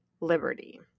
Liberty